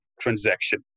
transaction